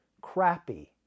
crappy